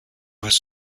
was